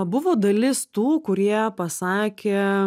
buvo dalis tų kurie pasakė